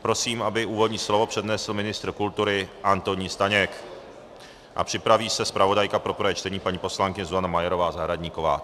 Prosím, aby úvodní slovo přednesl ministr kultury Antonín Staněk, a připraví se zpravodajka pro prvé čtení paní poslankyně Zuzana Majerová Zahradníková.